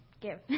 give